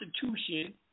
Constitution